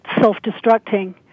self-destructing